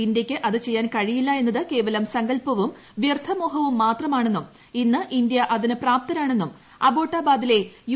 ഇന്ത്യയ്ക്ക് അത് ചെയ്യാൻ കഴിയില്ല എന്നത് കേവലം സങ്കല്പവും വൃർത്ഥമോഹവും മാത്രമാണെന്നും ഇന്ന് ഇന്തൃ അതിന് പ്രാപ്തരാണെന്നും അബോട്ടാബാദിലെ യു